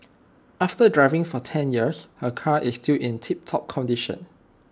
after driving for ten years her car is still in tiptop condition